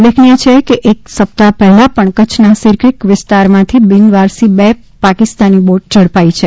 ઉલ્લેખનીય છે કે એક સપ્તાહ પહેલા પણ કચ્છના સિરક્રીક વિસ્તારમાંથી બિનવારસી બે પાકિસ્તાની બોટ ઝડપાઈ છે